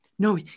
No